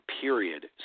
period